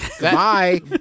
bye